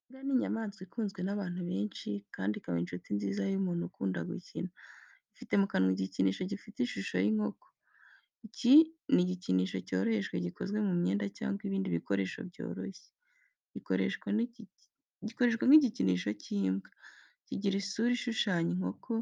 Imbwa ni inyamaswa ikunzwe n’abantu benshi kandi ikaba inshuti nziza y’umuntu ukunda gukina. Ifite mu kanwa igikinisho gifite ishusho y’inkoko, iki ni igikinisho cyoroheje gikozwe mu mwenda cyangwa ibindi bikoresho byoroshye, gikoreshwa nk’igikinisho cy’imbwa. Kigira isura ishushanya inkoko,